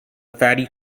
fatty